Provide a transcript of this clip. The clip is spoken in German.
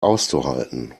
auszuhalten